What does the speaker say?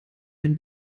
ein